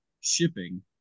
shipping